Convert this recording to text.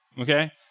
okay